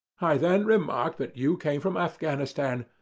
i then remarked that you came from afghanistan,